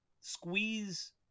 Squeeze